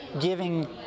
giving